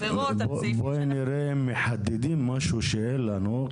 בואי נראה אם מחדדים משהו שאין לנו.